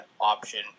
option